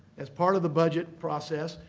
as part of the budget process,